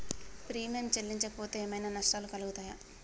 Premium చెల్లించకపోతే ఏమైనా నష్టాలు కలుగుతయా?